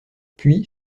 puis